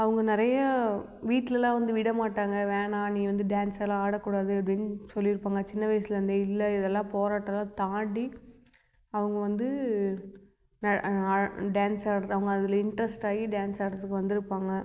அவங்க நிறையா வீட்டிலெல்லாம் வந்து விட மாட்டாங்கள் வேணாம் நீ வந்து டான்ஸெல்லாம் ஆடக்கூடாது அப்படின் சொல்லியிருப்பாங்க சின்ன வயசுலேருந்தே இல்லை இதெல்லாம் போராட்டம்லாம் தாண்டி அவங்க வந்து டான்ஸ் ஆடுறாங்க அதில் இன்ட்ரஸ்ட்டாகி டான்ஸ் ஆடுறதுக்கு வந்திருப்பாங்க